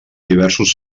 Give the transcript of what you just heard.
diversos